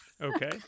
Okay